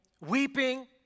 weeping